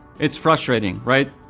it's frustrating, right?